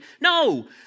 No